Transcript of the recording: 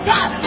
God